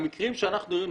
המקרים שאנחנו מדברים,